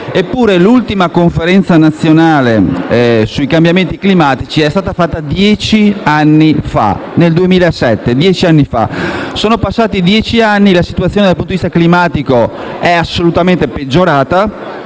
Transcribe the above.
l'ultima conferenza nazionale sui cambiamenti climatici risale a dieci anni fa, nel 2007. Sono trascorsi dieci anni e la situazione dal punto di vista climatico è assolutamente peggiorata,